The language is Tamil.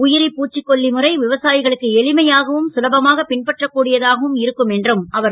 உ ரி பூச்சிக்கொல்லி முறை விவசா களுக்கு எளிமையாகவும் சுலபமாக பின்பற்றக்கூடியதாகவும் இருக்கும் என்றார் அவர்